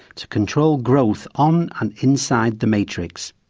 to control growth on and inside the matrix.